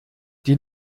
die